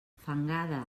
fangada